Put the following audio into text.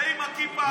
זה עם הכיפה הגדולה,